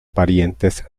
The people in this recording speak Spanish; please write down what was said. parientes